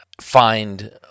find